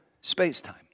space-time